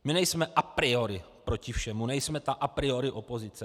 My nejsme a priori proti všemu, nejsme ta a priori opozice.